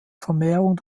vermehrung